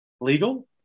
legal